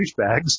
douchebags